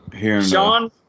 Sean